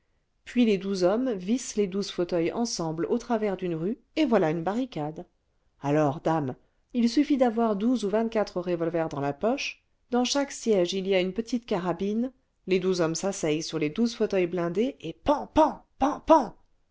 puis les douze hommes vissent les douze fauteuils ensemble en travers d'une rue et voilà une barricade alors dame il suffit d'avoir douze ou vingt-quatre revolvers dans la poche dans chaque siège il y a une petite carabine les douze petite barricade artistique se demontant et se remontant en deux heures hommes s'asseyent sur les douze fauteuils blindés et